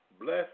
Bless